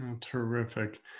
Terrific